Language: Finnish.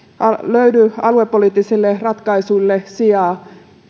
löydy aluepoliittisille ratkaisuille sijaa